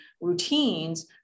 routines